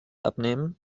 abnehmen